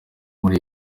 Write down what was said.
muri